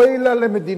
אוי לה למדינה